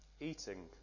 eating